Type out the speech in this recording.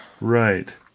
right